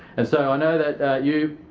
and so i know that you,